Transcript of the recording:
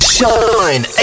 Shine